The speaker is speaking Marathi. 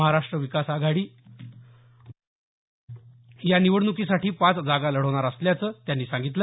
महाराष्ट्र विकास आघाडी या निवडणुकीसाठी पाच जागा लढणार असल्याच त्यांनी सांगितलं